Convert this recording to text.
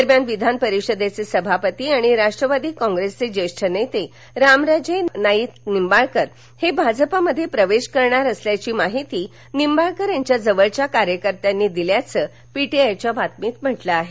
दरम्यान विधानपरिषदेचे सभापती आणि राष्ट्रवादी कॉग्रेसचे ज्येष्ठ नेते रामराजे नाईक निंबाळकर हे भाजप मध्ये प्रवेश करणार असल्याची माहिती निंबाळकर यांच्या जवळच्या कार्यकर्त्यांनी दिल्याचं पीटीआय च्या बातमीत म्हंटल आहे